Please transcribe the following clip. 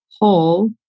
whole